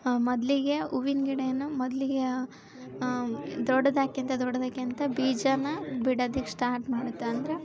ಮೊದಲಿಗೆ ಹೂವಿನ್ ಗಿಡ ಏನು ಮೊದಲಿಗೆ ದೊಡ್ದಾಕ್ಕೋತ ದೊಡ್ದಾಕ್ಕೋತ ಬೀಜಾನ ಬಿಡೋದಿಕ್ ಸ್ಟಾರ್ಟ್ ಮಾಡಿತು ಅಂದ್ರೆ